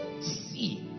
see